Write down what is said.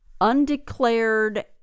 undeclared